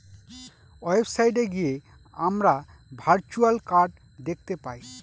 website গিয়ে আমরা virtual card দেখতে পাই